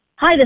Hi